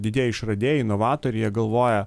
didieji išradėjai inovatoriai jie galvoja